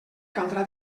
caldrà